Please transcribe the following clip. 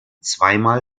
zweimal